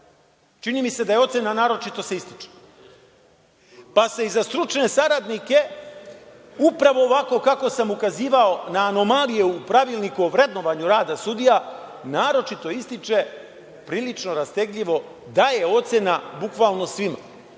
čini mi se da je ocena – naročito se ističe, pa se i za stručne saradnike, upravo ovako kako sam ukazivao na anomalije u pravilniku o vrednovanju rada sudija – naročito ističe, prilično rastegljivo daje ocena bukvalno svima